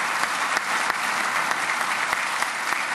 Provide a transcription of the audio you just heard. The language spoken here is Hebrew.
(מחיאות כפיים)